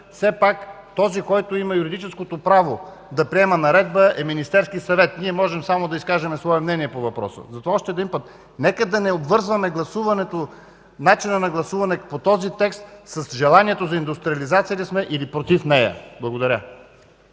все пак този, който има юридическото право да приема наредба, е Министерският съвет и ние можем да изкажем само свое мнение по въпроса. Нека да не обвързваме начина на гласуване по този текст с желанието за индустриализация ли сме, или против нея. Благодаря.